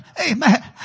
Amen